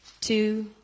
two